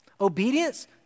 Obedience